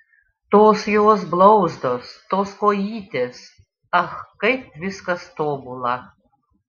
tos jos blauzdos tos kojytės ach kaip viskas tobula